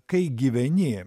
kai gyveni